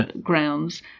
grounds